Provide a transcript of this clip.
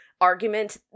argument